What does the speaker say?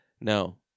No